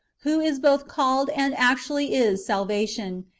who is both called and actually is, sal vation,